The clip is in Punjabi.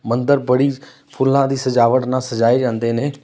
ਮੰਦਰ ਬੜੀ ਫੁੱਲਾਂ ਦੀ ਸਜਾਵਟ ਨਾਲ ਸਜਾਏ ਜਾਂਦੇ ਨੇ